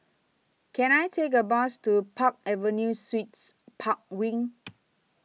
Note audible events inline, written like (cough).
Can I Take A Bus to Park Avenue Suites Park Wing (noise)